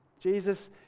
Jesus